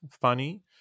funny